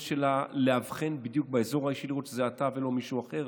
שלהן לאבחן בדיוק באזור האישי ולראות שזה אתה ולא מישהו אחר,